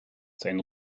sein